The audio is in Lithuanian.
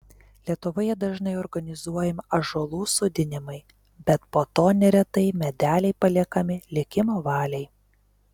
lietuvoje dažnai organizuojami ąžuolų sodinimai bet po to neretai medeliai paliekami likimo valiai